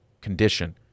condition